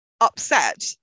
upset